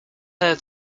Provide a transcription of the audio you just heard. her